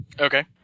Okay